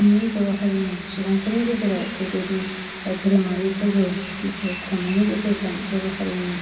जोंनि बर' हारिनि सुबुंफोरनि गेजेराव बेबायदि धोरोमारि फोरबो खुंनायनि गेजेरजों बर' हारिनि